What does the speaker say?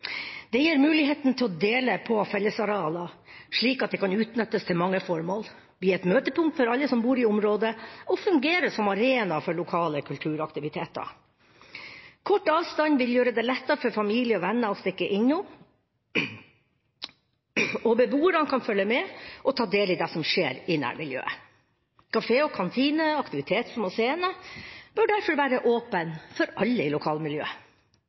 Det gir muligheten til å dele på fellesarealer, slik at de kan utnyttes til mange formål, bli et møtepunkt for alle som bor i området, og fungere som arena for lokale kulturaktiviteter. Kort avstand vil gjøre det lettere for familie og venner å stikke innom, og beboerne kan følge med og ta del i det som skjer i nærmiljøet. Kafé og kantine, aktivitetsrom og scene bør derfor være åpne for alle i lokalmiljøet.